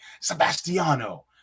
Sebastiano